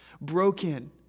Broken